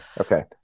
Okay